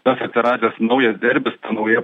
tas atsiradęs naujas derbis ta nauja